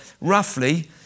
Roughly